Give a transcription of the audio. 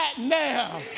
now